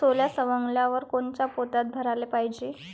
सोला सवंगल्यावर कोनच्या पोत्यात भराले पायजे?